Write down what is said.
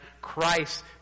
Christ